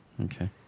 Okay